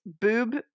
boob